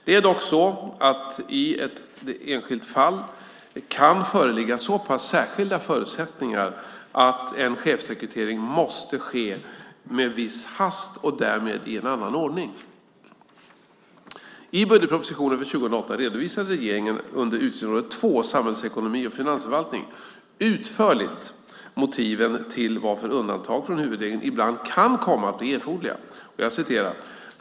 Det är dock så att det i ett enskilt fall kan föreligga så pass särskilda förutsättningar att en chefsrekrytering måste ske med viss hast och därmed i en annan ordning. I budgetpropositionen för 2008 redovisade regeringen under utgiftsområde 2, Samhällsekonomi och finansförvaltning, utförligt motiven till varför undantag från huvudregeln ibland kan komma att bli erforderliga.